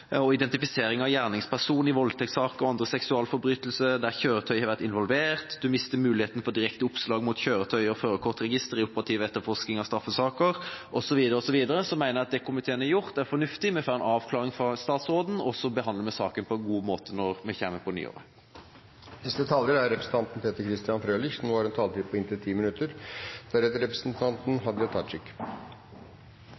og identifisering av gjerningsperson i voldtektssaker og andre seksualforbrytelser der kjøretøy har vært involvert. Man mister muligheten for direkte oppslag mot førerkort- og motorvognregisteret i operativ etterforskning av straffesaker osv. Så jeg mener at det komiteen har gjort, er fornuftig. Vi får en avklaring fra statsråden, og så behandler vi saken på en god måte når vi kommer på nyåret. I fare for å gjenta meg selv: Hele intensjonen med forslaget som angikk personopplysninger, har